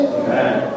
amen